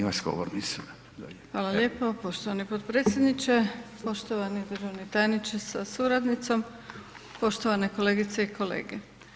Hvala lijepo poštovani potpredsjedniče, poštovani državni tajniče sa suradnicom, poštovane kolegice i kolege.